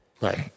Right